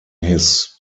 his